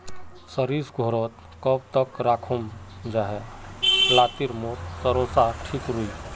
सरिस घोरोत कब तक राखुम जाहा लात्तिर मोर सरोसा ठिक रुई?